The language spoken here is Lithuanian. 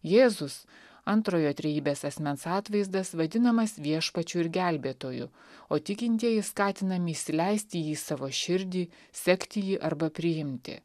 jėzus antrojo trejybės asmens atvaizdas vadinamas viešpačiu ir gelbėtoju o tikintieji skatinami įsileisti jį į savo širdį sekti jį arba priimti